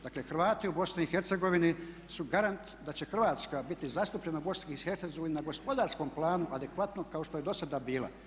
Dakle, Hrvati u BiH su garant da će Hrvatska biti zastupljena u BiH na gospodarskom planu adekvatno kao što je dosada bila.